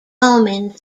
romans